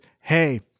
hey